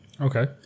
Okay